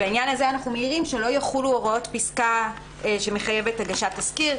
בעניין הזה אנחנו מעירים שלא יחולו הוראות פסקה שמחייבת הגשת תסקיר.